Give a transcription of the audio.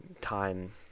time